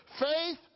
Faith